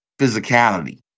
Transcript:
physicality